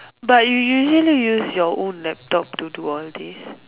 but you usually use your own laptop to do all this